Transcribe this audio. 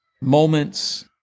moments